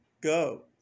Go